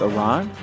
Iran